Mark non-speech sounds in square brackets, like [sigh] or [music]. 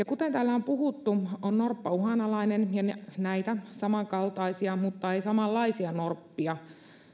[unintelligible] kuten täällä on puhuttu on norppa uhanalainen ja näitä samankaltaisia mutta ei samanlaisia norppia